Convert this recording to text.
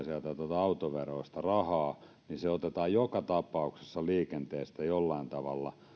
autoveroista rahaa otetaan joka tapauksessa liikenteestä jollain tavalla